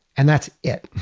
and that's it,